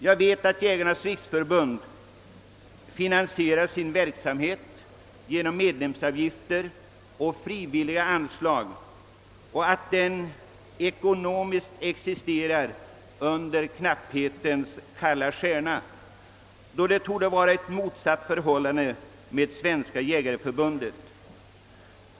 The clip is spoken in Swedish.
Jag vet att Jägarnas riksförbund finansierar sin verksamhet genom medlemsavgifter och frivilliga anslag och att den ekonomiskt existerar under knapphetens kalla stjärna medan det torde vara ett motsatt förhållande med Svenska jägareförbundet.